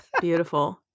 Beautiful